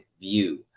view